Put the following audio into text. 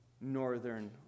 northern